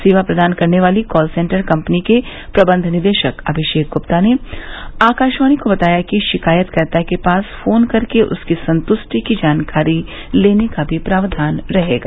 सेवा प्रदान करने वाली कॉल सेन्टर कंपनी के प्रबंध निदेशक अमिषेक गुप्ता ने आकाशवाणी को बताया कि शिकायतकर्ता के पास फोन करके उसकी संतुष्टि की जानकारी लेने का भी प्रावधान रहेगा